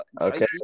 Okay